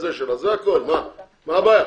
מה הבעיה.